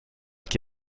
chi